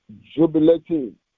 jubilating